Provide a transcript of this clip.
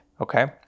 Okay